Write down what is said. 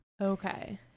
Okay